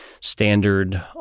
standard